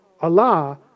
Allah